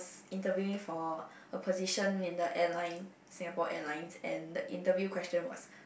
interviewing for a position in the airline Singapore Airlines and the interview question was